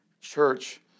church